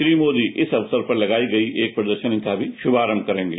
श्री मोदी इस अक्सर पर लगाई गई एक प्रदर्शनी का भी सुभारंभ करेंगे